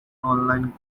online